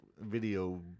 video